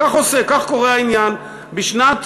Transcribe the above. כך קורה העניין: בשנת